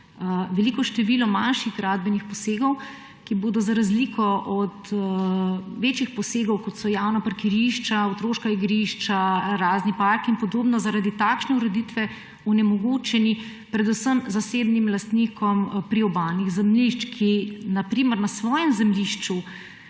veliko število manjših gradbenih posegov, ki bodo, za razliko od večjih posegov, kot so javna parkirišča, otroška igrišča, razni parki in podobno, zaradi takšne ureditve onemogočeni predvsem zasebnim lastnikom priobalnih zemljišč, ki na primer na svojem zemljišču,